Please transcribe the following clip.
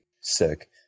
sick